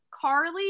carly